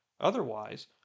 Otherwise